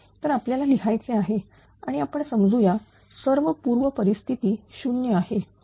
तर आपल्याला लिहायचे आहे आणि आपण समजू या सर्व पूर्व परिस्थिती 0 आहे